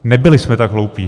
Nebyli jsme tak hloupí.